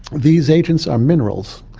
these agents are minerals.